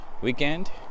weekend